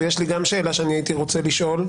ויש לי גם שאלה שאני רוצה לשאול.